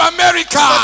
America